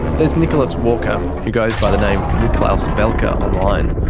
there's nicholas walker, who goes by the name niklaus and velker online.